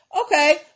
Okay